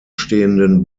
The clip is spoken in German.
stehenden